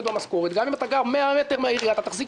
במשכורת גם אם אתה גר 100 מטר מהעירייה אתה תחזיק